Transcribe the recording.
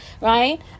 right